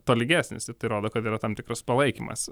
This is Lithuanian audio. tolygesnis ir tai rodo kad yra tam tikras palaikymas